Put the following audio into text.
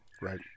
Right